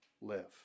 live